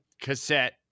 cassette